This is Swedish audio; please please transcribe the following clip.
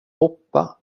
hoppa